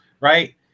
right